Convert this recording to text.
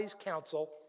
counsel